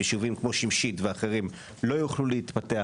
יישובים כמו שמשית ואחרים - לא יוכלו להתפתח,